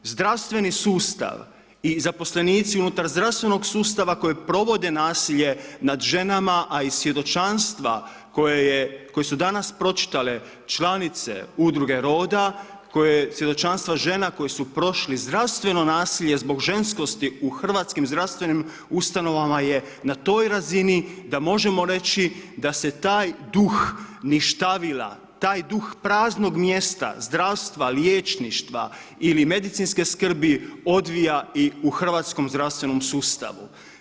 Zdravstveni sustav i zaposlenici unutar zdravstvenog sustava koji provede nasilje nad ženama a i svjedočanstva koje su danas pročitale članice udruge Roda, svjedočanstva žena koje su prošle zdravstveno nasilje zbog ženskosti u hrvatskim zdravstvenim ustanovama je na toj razini da možemo reći da se taj duh ništavila, taj duh praznog mjesta, zdravstva, liječništva ili medicinske skrbi odvija i u hrvatskom zdravstvenom sustavu.